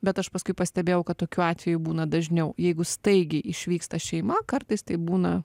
bet aš paskui pastebėjau kad tokių atvejų būna dažniau jeigu staigiai išvyksta šeima kartais tai būna